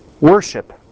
Worship